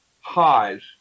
highs